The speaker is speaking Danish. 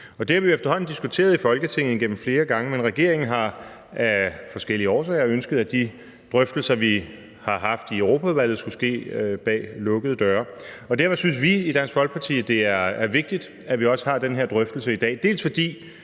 Det har vi efterhånden diskuteret i Folketinget flere gange, men regeringen har af forskellige årsager ønsket, at de drøftelser, vi har haft i Europaudvalget, skulle ske bag lukkede døre. Derfor synes vi i Dansk Folkeparti, at det er vigtigt, at vi også har den her drøftelse i dag,